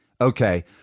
Okay